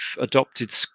adopted